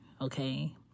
Okay